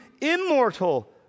immortal